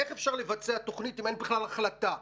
איך אפשר לבצע תוכנית אם אין בכלל החלטה,